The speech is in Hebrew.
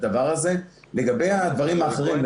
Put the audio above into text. לגבי הדברים האחרים,